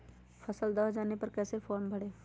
फसल दह जाने पर कैसे फॉर्म भरे?